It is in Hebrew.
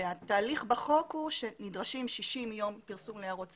התהליך בחוק הוא שנדרשים 60 יום פרסום להערות ציבור,